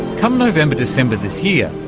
come november december this year,